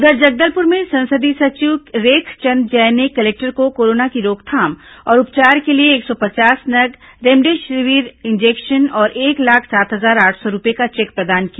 उधर जगदलपुर में संसदीय सचिव रेखचंद जैन ने कलेक्टर को कोरोना की रोकथाम और उपचार के लिए एक सौ पचास नग रेमडेसिविर इंजेक्शन और एक लाख सात हजार आठ सौ रूपये का चेक प्रदान किया